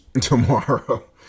tomorrow